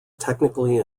technically